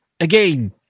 Again